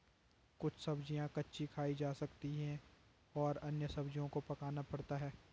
कुछ सब्ज़ियाँ कच्ची खाई जा सकती हैं और अन्य सब्ज़ियों को पकाना पड़ता है